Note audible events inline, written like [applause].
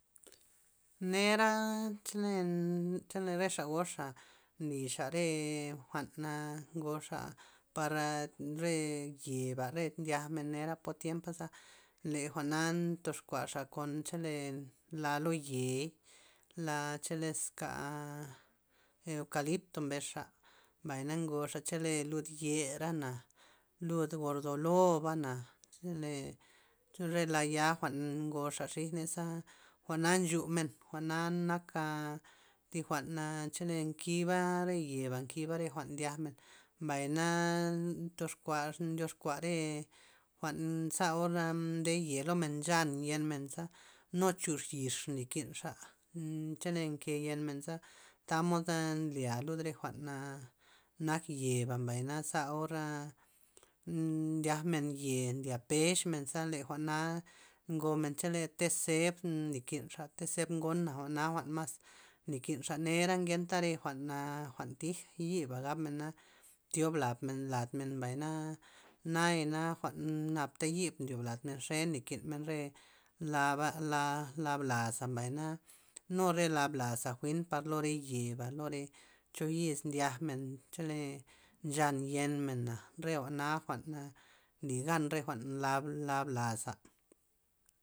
Nera chole chole re xa goxa nixa re jwa'na ngoxa para re yeba' re ndyakmen nera po tiempaza le jwa'na ndox kuaxa kon chele la lo ye'i, la cheleska eukalipto mbesxa, mbay na ngoxa chele lud yera'na lud gordoloba'na chele re laya' jwa'n ngoxa xijney za jwa'na nchumen jwa'na nak'a thi jwa'na chele nkiba re yeba' nkiba re jwa'n ndyakmen, mbay na ndoxk- ndioxkua re jwa'n za or nde ye' lomen nchan yenmen za nu chux yix nlikinxa [hesitation] nn- chele nke yenmen za tamoda nlya lud re jwa'n na nak yeba' mbay na za ora ndiakmen ye' nlya pexmenza le jwa'na ngomen chele te' zeb nlykinxa te' zeb ngona jwa'na jwa'n mas nly kinxa nera ngenta re jwa'na jwa'n thij yiba' gabmena tyob lad men mbay na naya'na jwa'n napta yib ndyob lad men xe nlykin men re laba' la- la blaza mbay na nu re la blaza jwi'n par lo re yeba lo re cho yis nkyakmen chole nchan yenmen re jwa'na jwa'n nly gan re jwa'n la- la blaza.